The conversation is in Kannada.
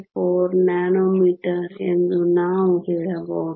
54 ನ್ಯಾನೊಮೀಟರ್ ಎಂದು ನಾವು ಹೇಳಬಹುದು